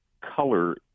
color